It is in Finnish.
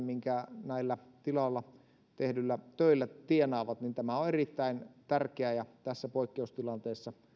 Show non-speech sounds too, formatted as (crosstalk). (unintelligible) minkä he näillä tiloilla tehdyillä töillä tienaavat on erittäin tärkeä ja tässä poikkeustilanteessa